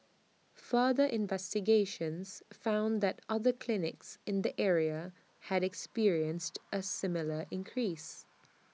further investigations found that other clinics in the area had experienced A similar increase